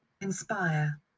inspire